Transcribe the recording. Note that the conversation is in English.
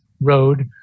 road